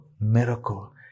miracle